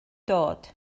dod